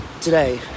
today